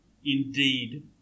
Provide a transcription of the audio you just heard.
Indeed